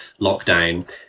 lockdown